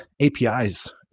APIs